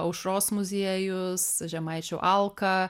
aušros muziejus žemaičių alka